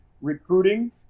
recruiting